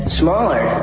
smaller